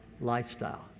lifestyle